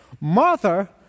Martha